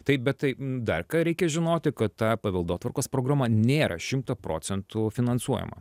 taip bet tai dar ką reikia žinoti kad ta paveldotvarkos programa nėra šimta procentų finansuojama